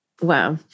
Wow